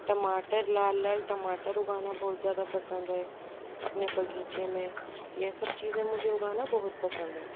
टमाटर लाल लाल टमाटर उगाना बहुत ज़्यादा पसंद है अपने बगीचे में यह सब चीजें उगाना मुझे बहुत पसंद है